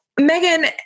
Megan